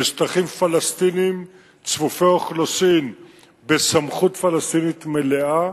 אלה שטחים פלסטיניים צפופי אוכלוסין בסמכות פלסטינית מלאה,